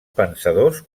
pensadors